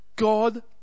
God